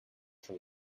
schon